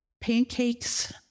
Pancakes